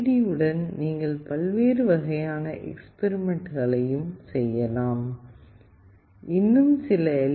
D உடன் நீங்கள் பல்வேறு வகையான எக்ஸ்பெரிமெண்ட்களையும் செய்யலாம் இன்னும் சில எல்